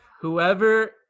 Whoever